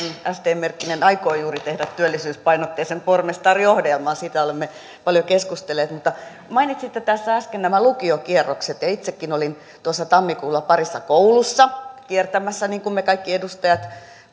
sd merkkinen pormestari aikoo juuri tehdä työllisyyspainotteisen pormestariohjelman siitä olemme paljon keskustelleet mainitsitte tässä äsken nämä lukiokierrokset ja itsekin olin tuossa tammikuulla parissa koulussa kiertämässä niin kuin me kaikki edustajat